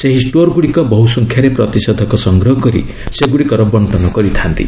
ସେହି ଷ୍ଟୋର୍ଗୁଡ଼ିକ ବହୁସଂଖ୍ୟାରେ ପ୍ରତିଷେଧକ ସଂଗ୍ରହ କରି ସେଗୁଡ଼ିକର ବଣ୍ଟନ କରିଥା'ନ୍ତି